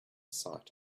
site